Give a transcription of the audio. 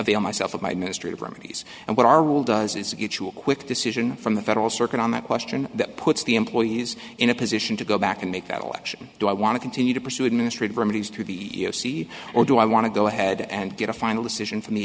avail myself of my administrative remedies and what our will does is get you a quick decision from the federal circuit on that question that puts the employees in a position to go back and make that election do i want to continue to pursue administrative remedies through the see or do i want to go ahead and get a final decision from the